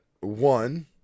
one